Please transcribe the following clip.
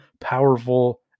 powerful